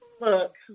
Look